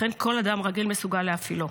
לכן כל אדם רגיל מסוגל להפעילו.